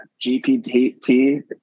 GPT